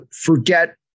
forget